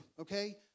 okay